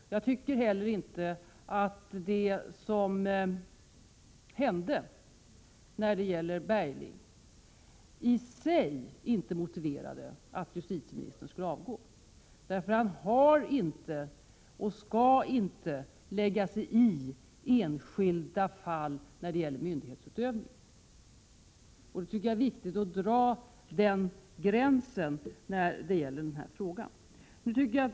Enligt min mening motiverade det som hände när det gäller Bergling inte i sig att justitieministern skulle avgå. Justitieministern har inte att — och skall inte — lägga sig i enskilda fall när det gäller myndighetsutövning. Jag tycker att det i den här frågan är viktigt att markera denna gräns.